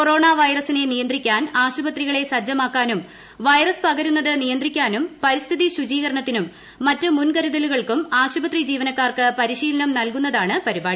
corona വൈറസിനെ നിയന്ത്രിക്കാൻ ആശുപത്രികളെ സജ്ജമാക്കാനും പകരുന്നത് നിയന്ത്രിക്കാനും പരിസ്ഥിതി ശുചീകരണത്തിനും മറ്റ് മുൻകരുതലുകൾക്കും ആശുപത്രി ജീവനക്കാർക്ക് പരിശീലനം നൽകുന്നതാണ് പരിപാടി